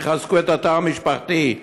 תחזקו את התא המשפחתי,